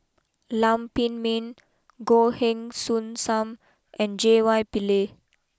Lam Pin Min Goh Heng Soon Sam and J Y Pillay